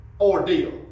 ordeal